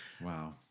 wow